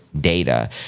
Data